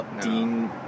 Dean